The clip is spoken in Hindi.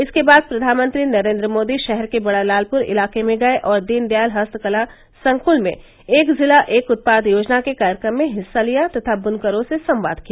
इसके बाद प्रधानमंत्री नरेन्द्र मोदी शहर के बड़ा लालपुर इलाके में गये और दीनदयाल हस्तकला संकुल में एक जिला एक उत्पाद योजना के कार्यक्रम में हिस्सा लिया तथा बुनकरों से संवाद किया